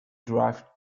draft